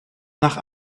nach